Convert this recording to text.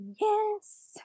Yes